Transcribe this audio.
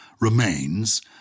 remains